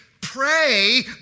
pray